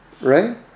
Right